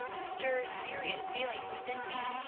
stir serious feelings within me,